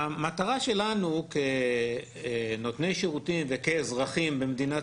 המטרה שלנו כנותני שירותים וכאזרחים במדינת